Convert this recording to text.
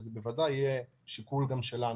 זה בוודאי יהיה שיקול גם שלנו.